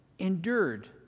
endured